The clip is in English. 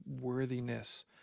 worthiness